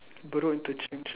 bedok interchange